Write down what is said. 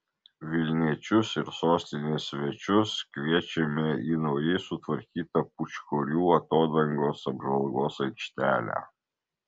vilniečius ir sostinės svečius kviečiame į naujai sutvarkytą pūčkorių atodangos apžvalgos aikštelę